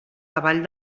davall